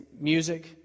music